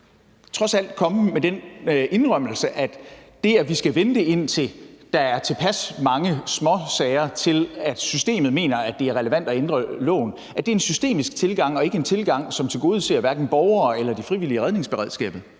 trods alt, komme med den indrømmelse, at det, at vi skal vente, indtil der er tilpas mange småsager til, at systemet mener, at det er relevant at ændre loven, er en systemisk tilgang og ikke en tilgang, som tilgodeser borgere eller de frivillige i redningsberedskabet?